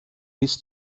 bis